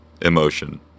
emotion